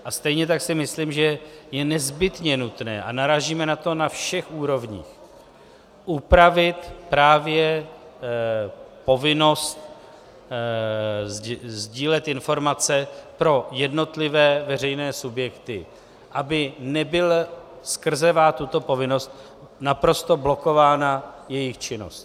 A stejně tak si myslím, že je nezbytně nutné, a narážíme na to na všech úrovních, upravit právě povinnost sdílet informace pro jednotlivé veřejné subjekty, aby nebyla skrzevá tuto povinnost naprosto blokována jejich činnost.